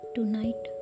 Tonight